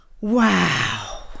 wow